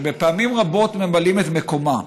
שפעמים רבות ממלאים את מקומה.